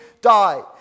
die